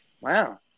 Wow